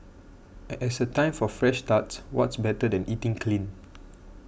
as a time for fresh starts what's better than eating clean